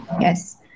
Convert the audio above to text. Yes